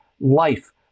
life